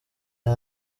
aya